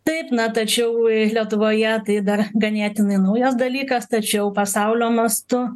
taip na tačiau ir lietuvoje tai dar ganėtinai naujas dalykas tačiau pasaulio mastu